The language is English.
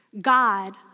God